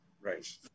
Right